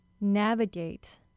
navigate